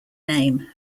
name